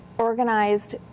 organized